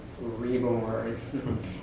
reborn